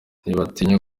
ntibatinya